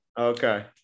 okay